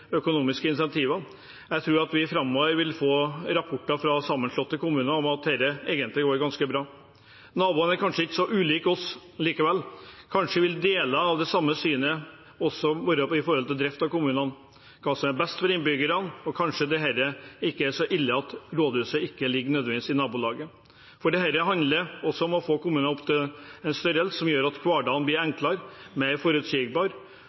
økonomiske incentiver. Jeg tror at vi framover vil få rapporter fra sammenslåtte kommuner om at dette egentlig går ganske bra. Naboene er kanskje ikke så ulike oss likevel, kanskje vi deler noe av det samme synet også når det gjelder drift av kommunene, hva som er best for innbyggerne, og kanskje det heller ikke er så ille at rådhuset ikke nødvendigvis ligger i nabolaget. Dette handler også om å få kommuner opp til en størrelse som gjør at hverdagen blir enklere, mer forutsigbar